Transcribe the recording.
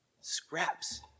Scraps